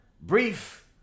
brief